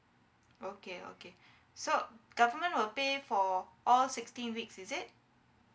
okay okay so government will pay for all sixteen weeks is it